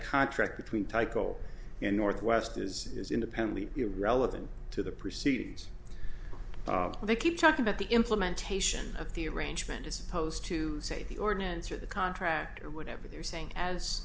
contract between tyco and northwest is is independently relevant to the proceeds they keep talking about the implementation of the arrangement is supposed to say the ordinance or the contract or whatever they're saying as